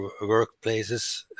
workplaces